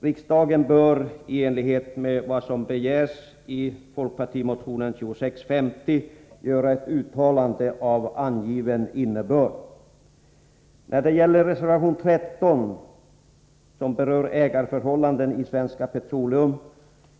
Riksdagen bör i enlighet med vad som begärs i folkpartimotionen 2650 göra ett uttalande av angiven innebörd. Reservation 13 berör ägarförhållandena i Svenska Petroleum.